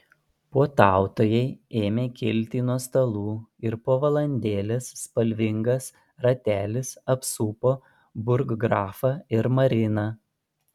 puotautojai ėmė kilti nuo stalų ir po valandėlės spalvingas ratelis apsupo burggrafą ir mariną